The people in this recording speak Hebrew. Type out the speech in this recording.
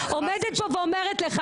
עומדת פה ואומרת לך,